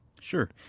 sure